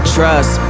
Trust